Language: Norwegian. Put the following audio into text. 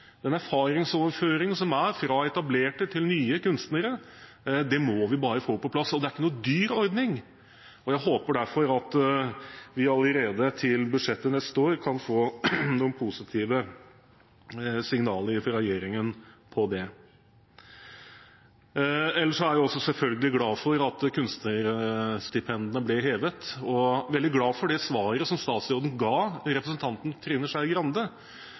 det må vi bare få på plass. Det er ikke noen dyr ordning, og jeg håper derfor at vi allerede til budsjettet neste år kan få noen positive signaler fra regjeringen om det. Ellers er jeg selvfølgelig glad for at kunstnerstipendene ble hevet, og jeg er veldig glad for det svaret som statsråden ga representanten Trine Skei Grande,